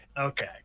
Okay